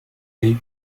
est